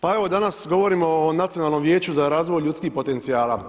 Pa evo danas govorimo o Nacionalnom vijeću za razvoj ljudskih potencijala.